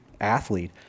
athlete